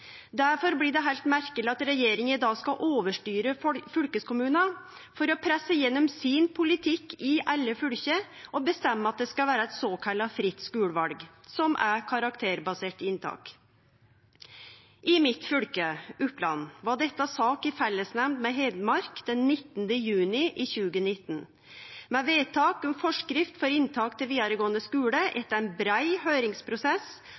blir det heilt merkeleg at regjeringa då skal overstyre fylkeskommunane for å presse gjennom sin politikk i alle fylke og bestemme at det skal vere eit såkalla fritt skuleval – som er karakterbasert inntak. I mitt fylke, Oppland, var dette ei sak i fellesnemnd med Hedmark den 19. juni 2019, med vedtak om forskrift for inntak til vidaregåande skule etter ein brei høyringsprosess,